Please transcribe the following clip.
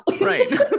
Right